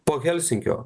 po helsinkio